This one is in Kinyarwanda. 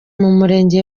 murenge